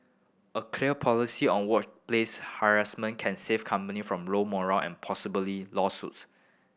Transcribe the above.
a clear policy on workplace harassment can save company from low morale and possibly lawsuits